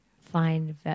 find